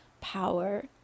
power